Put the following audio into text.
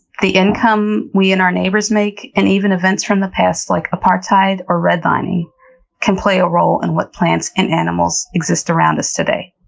the income we and our neighbors make, and even events from the past like apartheid or redlining can play a role in and what plants and animals exist around us today.